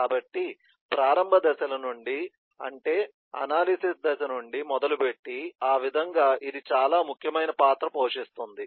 కాబట్టి ప్రారంభ దశల నుండి అంటే అనాలిసిస్ దశ నుండి మొదలుపెట్టి ఆ విధంగా ఇది చాలా ముఖ్యమైన పాత్ర పోషిస్తుంది